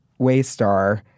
Waystar